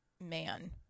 man